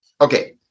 Okay